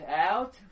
out